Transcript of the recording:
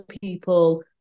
people